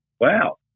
Wow